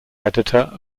editor